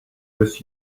this